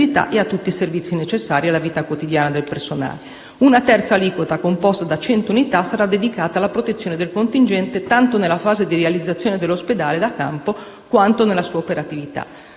e a tutti i servizi necessari alla vita quotidiana del personale; una terza aliquota composta da 100 unità dedicata alla protezione del contingente, tanto nella fase di realizzazione dell'ospedale da campo quanto nella sua operatività.